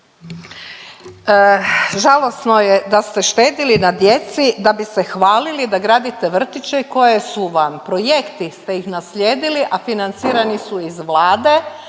Žalosno je da ste štedili na djeci da bi se hvalili da gradite vrtiće koje su vam projekti ste ih naslijedili, a financirani su iz Vlade,